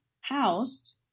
housed